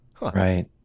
right